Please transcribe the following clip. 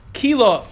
kilo